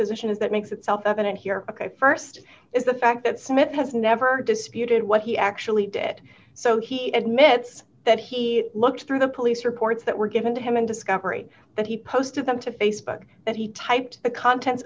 position is that makes itself evident here ok st is the fact that smith has never disputed what he actually did so he admits that he looked through the police reports that were given to him in discovery that he posted them to facebook that he typed the content